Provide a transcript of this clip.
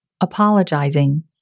apologizing